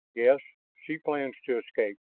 yes, she plans to escape.